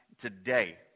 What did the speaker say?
today